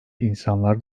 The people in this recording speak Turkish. insanlar